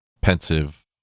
pensive